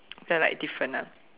feel like different lah